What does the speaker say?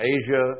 Asia